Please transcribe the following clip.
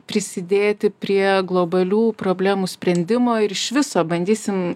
prisidėti prie globalių problemų sprendimo ir iš viso bandysim